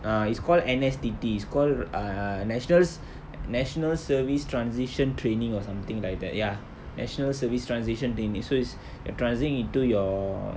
uh it's called N_S_T_T it's called uh nationals national service transition training or something like that ya national service transition training so it's transit~ into your